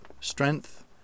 strength